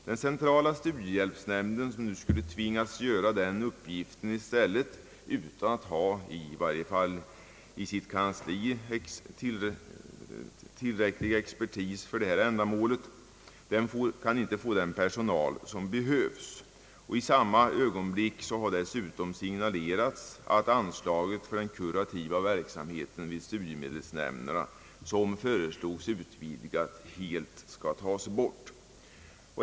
Den centrala studiehjälpsnämnden, som nu skulle tvingas sköta den uppgiften i stället, får inte till sitt kansli tillräcklig expertis och den personal som behövs för ändamålet. I samma ögonblick har dessutom signalerats, att anslaget för kurativ verksamhet i studiemedelsnämnderna, som föreslogs utvidgad, helt skall tagas bort.